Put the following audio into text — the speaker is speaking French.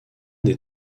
des